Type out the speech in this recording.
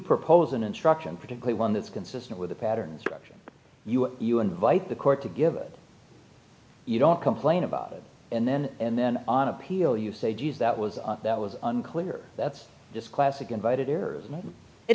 propose an instruction particularly one that's consistent with a pattern structure you you invite the court to give it you don't complain about it and then and then on appeal you say geez that was that was unclear that's just classic invited